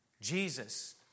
Jesus